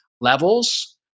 levels